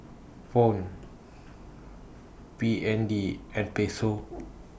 phone B N D and Peso